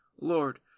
Lord